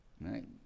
right